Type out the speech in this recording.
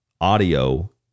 audio